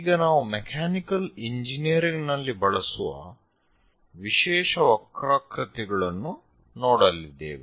ಈಗ ನಾವು ಮೆಕ್ಯಾನಿಕಲ್ ಇಂಜಿನಿಯರಿಂಗ್ನಲ್ಲಿ ಬಳಸುವ ವಿಶೇಷ ವಕ್ರಾಕೃತಿಗಳನ್ನು ನೋಡಲಿದ್ದೇವೆ